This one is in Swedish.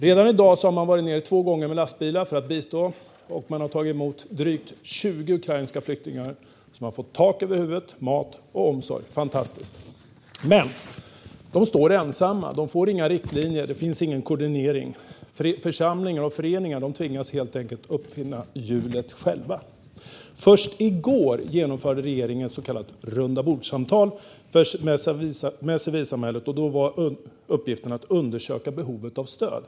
Redan i dag har man två gånger varit nere med lastbilar för att bistå, och man har tagit emot drygt 20 ukrainska flyktingar, som har fått tak över huvudet, mat och omsorg. Fantastiskt! Men de står ensamma. De får inga riktlinjer, och det finns ingen koordinering. Församlingar och föreningar tvingas helt enkelt uppfinna hjulet själva. Först i går genomförde regeringen ett så kallat rundabordssamtal med civilsamhället. Uppgiften var att undersöka behovet av stöd.